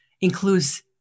includes